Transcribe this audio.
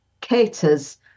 caters